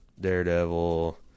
Daredevil